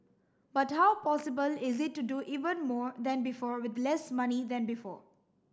but how possible is it to do even more than before with less money than before